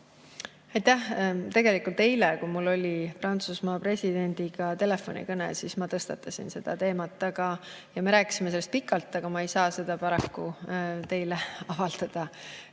Tegelikult eile, kui mul oli Prantsusmaa presidendiga telefonikõne, siis ma tõstatasin selle teema ja me rääkisime sellest pikalt, aga ma ei saa seda paraku teile avaldada.